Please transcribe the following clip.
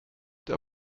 der